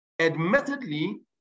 admittedly